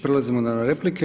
Prelazimo na replike.